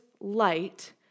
light